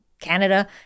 Canada